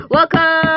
Welcome